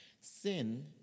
Sin